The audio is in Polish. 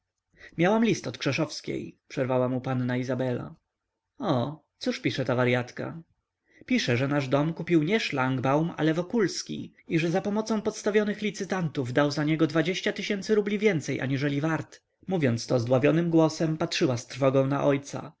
list od krzeszowskiej przerwała mu panna izabela oo cóż pisze ta waryatka pisze że nasz dom kupił nie szlangbaum ale wokulski i że zapomocą podstawionych licytantów dał za niego o tysięcy rubli więcej aniżeli wart mówiąc to zdławionym głosem patrzyła z trwogą na ojca